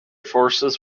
forces